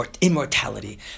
immortality